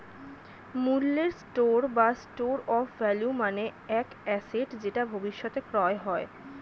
মূল্যের স্টোর বা store of value মানে এক অ্যাসেট যেটা ভবিষ্যতে ক্রয় হয়